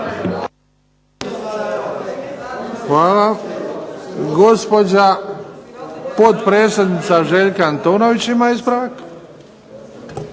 (HDZ)** Hvala. Gospođa potpredsjednica Željka Antunović ima ispravak.